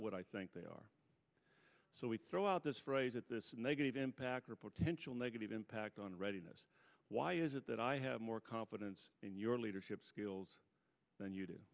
what i think they are so we throw out this phrase at this negative impact or potential negative impact on readiness why is that i have more confidence in your leadership skills than you do